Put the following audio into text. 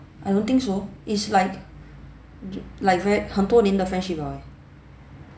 I don't think so is like like very 很多年的 friendship liao eh